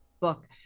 book